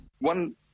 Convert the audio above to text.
One